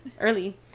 early